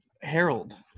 Harold